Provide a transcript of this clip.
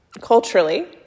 Culturally